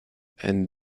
and